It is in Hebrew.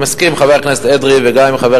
אני מסכים עם חבר הכנסת אדרי וגם עם חבר